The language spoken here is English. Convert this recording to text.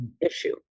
issue